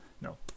no